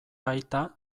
aita